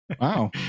Wow